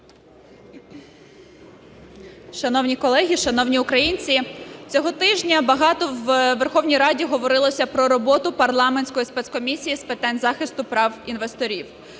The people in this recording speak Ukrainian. Шановні колеги, шановні українці! Цього тижня багато у Верховній Раді говорилося про роботу парламентської спецкомісії з питань захисту прав інвесторів.